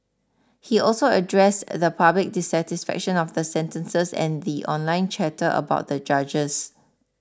he also addressed the public dissatisfaction of the sentences and the online chatter about the judges